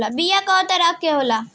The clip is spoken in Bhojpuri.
बीया कव तरह क होला?